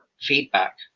feedback